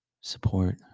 support